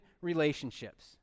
relationships